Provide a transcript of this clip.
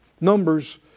Numbers